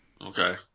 Okay